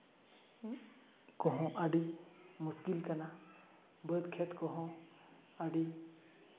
ᱠᱚᱦᱚᱸ ᱟᱹᱰᱤ ᱢᱩᱥᱠᱤᱞ ᱠᱟᱱᱟ ᱵᱟᱹᱫᱽ ᱠᱷᱮᱛ ᱠᱚᱦᱚᱸ ᱟᱹᱰᱤ